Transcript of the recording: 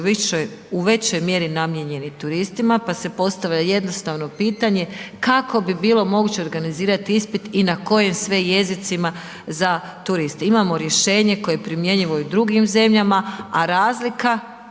većoj mjeri namijenjeni turistima pao se postavlja jednostavno pitanje, kako bi bilo moguće organizirati ispit i na kojim sve jezicima uza turiste, imamo rješenje koje je primjenjivo i u drugim zemljama a razlika